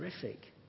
Terrific